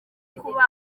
kuba